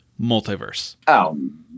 multiverse